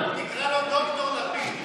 תקרא לו ד"ר לפיד.